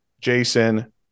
Jason